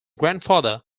grandfather